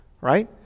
right